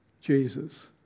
Jesus